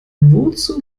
wozu